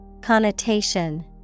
Connotation